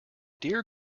dear